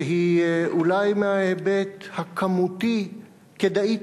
שהיא אולי מההיבט הכמותי כדאית.